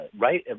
right